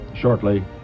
shortly